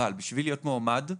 כדי להיות מועמד,